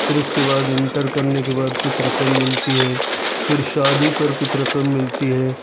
پھر اس کے بعد انٹر کرنے کے بعد کچھ رقم ملتی ہے پھر شادی پر کچھ رقم ملتی ہے